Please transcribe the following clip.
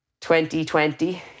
2020